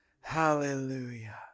hallelujah